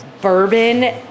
Bourbon